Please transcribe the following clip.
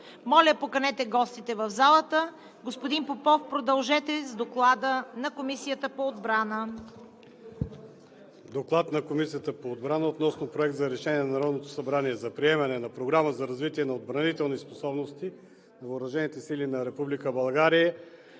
Моля, поканете гостите в залата. Господин Попов, продължете с Доклада на Комисията по отбрана. ДОКЛАДЧИК КОНСТАНТИН ПОПОВ: „ДОКЛАД на Комисията по отбрана относно Проект за решение на Народното събрание за приемане на Програма за развитие на отбранителните способности на въоръжените сили на Република